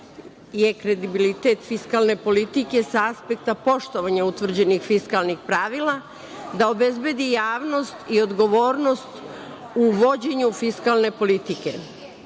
je kredibilitet fiskalne politike sa aspekta poštovanja utvrđenih fiskalnih pravila, da obezbedi javnost i odgovornost u vođenju fiskalne politike.